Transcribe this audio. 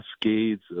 cascades